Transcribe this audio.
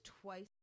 twice